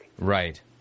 Right